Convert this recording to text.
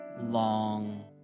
long